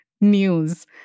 news